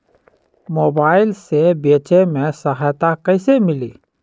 Mobile से बेचे में सहायता कईसे मिली?